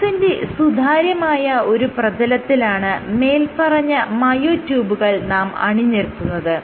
ഗ്ലാസ്സിന്റെ സുതാര്യമായ ഒരു പ്രതലത്തിലാണ് മേല്പറഞ്ഞ മയോട്യൂബുകൾ നാം അണിനിരത്തുന്നത്